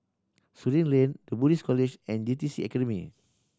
Surin Lane The Buddhist College and J T C Academy